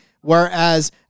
whereas